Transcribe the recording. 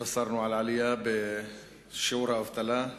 התבשרנו על עלייה בשיעור האבטלה,